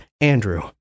Andrew